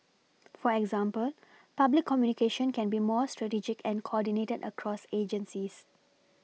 for example public communication can be more strategic and coordinated across agencies